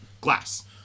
glass